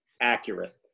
accurate